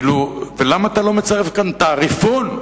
ולמה אתה לא מצרף כאן תעריפון,